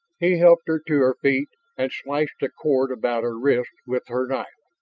he helped her to her feet and slashed the cord about her wrists with her knife,